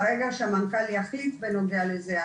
ברגע שהמנכ"ל יחליט בנוגע לזה,